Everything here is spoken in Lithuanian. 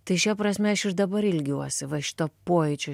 tai šia prasme aš ir dabar ilgiuosi va šito pojūčio